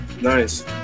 Nice